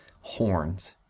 horns